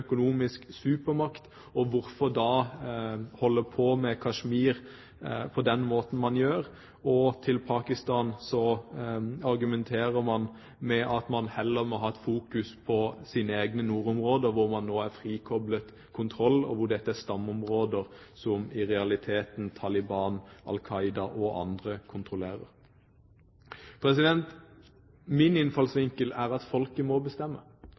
økonomisk supermakt, og hvorfor da holde på med Kashmir på denne måten man gjør. Overfor Pakistan argumenterer man med at man heller må ha fokus på sine egne nordområder hvor man nå er frikoblet kontroll, og hvor dette er stammeområder som i realiteten Taliban, Al Qaida og andre kontrollerer. Min innfallsvinkel er at folket må bestemme.